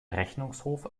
rechnungshof